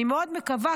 אני מאוד מקווה,